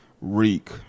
Reek